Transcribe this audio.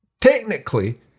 technically